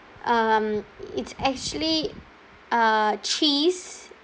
um it's actually uh cheese